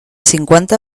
cinquanta